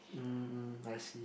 um I see